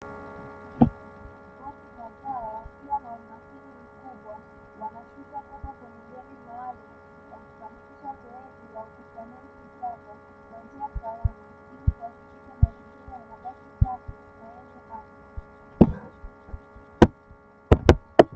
Watu kadhaa kwa umakini mkubwa wanashusha taka kutoka kwenye gari ili kuhakikisha mazingira yanabaki safi